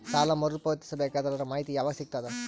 ಸಾಲ ಮರು ಪಾವತಿಸಬೇಕಾದರ ಅದರ್ ಮಾಹಿತಿ ಯವಾಗ ಸಿಗತದ?